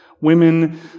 Women